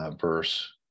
verse